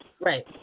Right